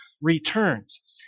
returns